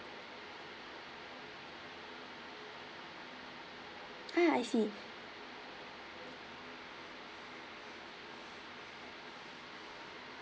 ah I see